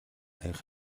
аяга